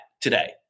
today